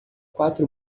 quatro